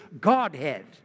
Godhead